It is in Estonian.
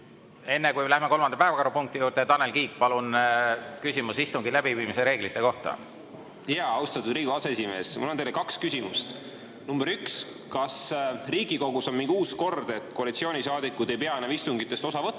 Enne kui me läheme kolmanda päevakorrapunkti juurde, Tanel Kiik, palun, küsimus istungi läbiviimise reeglite kohta. Austatud Riigikogu aseesimees! Mul on teile kaks küsimust. Number üks: kas Riigikogus on mingi uus kord, et koalitsioonisaadikud ei pea enam istungitest osa võtma